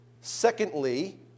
secondly